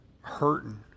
hurting